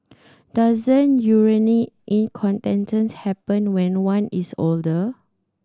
doesn't urinary incontinence happen when one is older